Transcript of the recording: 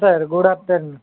sir good afternoon